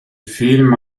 film